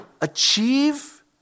achieve